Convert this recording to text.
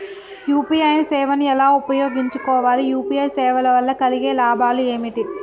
UPI సేవను ఎలా ఉపయోగించు కోవాలి? యూ.పీ.ఐ సేవల వల్ల కలిగే లాభాలు ఏమిటి?